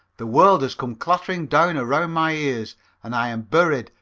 the world has come clattering down around my ears and i am buried,